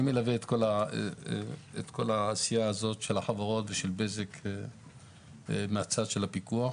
אני מלווה את כל העשייה הזאת של החברות ושל בזק מהצד של הפיקוח.